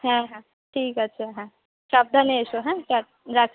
হ্যাঁ হ্যাঁ ঠিক আছে হ্যাঁ সাবধানে এসো হ্যাঁ চল রাখছি